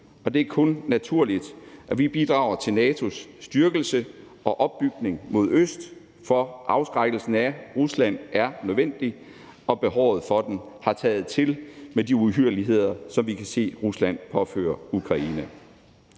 og det er kun naturligt, at vi bidrager til NATO's styrkelse og opbygning mod øst, for afskrækkelsen af Rusland er nødvendig, og behovet for den har taget til med de uhyrligheder, som vi kan se Rusland påføre Ukraine.